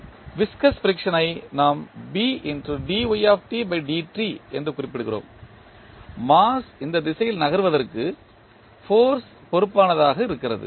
viscous friction ஐ நாம் mass இந்த திசையில் நகர்வதற்கு ஃபோர்ஸ் பொறுப்பானதாக இருக்கிறது